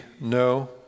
no